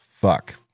fuck